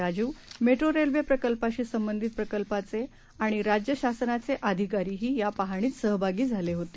Rajiv मेट्रोरेल्वेप्रकल्पाशीसंबंधितप्रकल्पाचेआणिराज्यशासनाचेअधिकारीहीयापाहणीतसहभागीझालेहोते